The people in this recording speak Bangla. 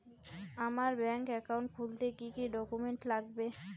আমার ব্যাংক একাউন্ট খুলতে কি কি ডকুমেন্ট লাগবে?